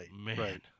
man